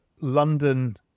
London